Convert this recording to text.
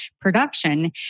production